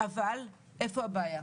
אבל איפה הבעיה?